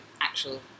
actual